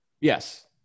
Yes